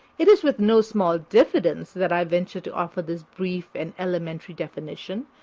it is with no small diffidence that i venture to offer this brief and elementary definition,